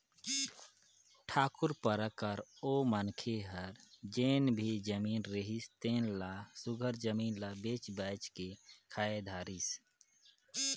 ठाकुर पारा कर ओ मनखे हर जेन भी जमीन रिहिस तेन ल सुग्घर जमीन ल बेंच बाएंच के खाए धारिस